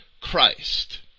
Christ